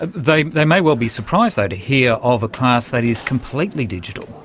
ah they they may well be surprised though to hear of a class that is completely digital.